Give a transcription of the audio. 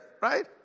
right